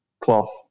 cloth